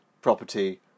property